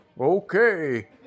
okay